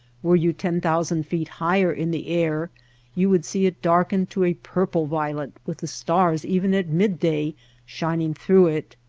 were you ten thousand feet higher in the air you would see it darkened to a purple-violet with the stars even at midday shining through it.